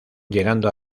llegando